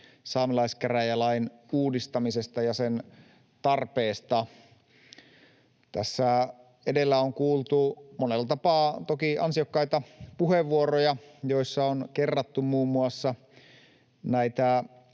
saamelaiskäräjälain uudistamisesta ja sen tarpeesta. Tässä edellä on kuultu monella tapaa toki ansiokkaita puheenvuoroja, joissa on kerrattu muun muassa näitä